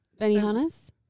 Benihana's